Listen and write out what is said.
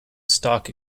stock